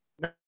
No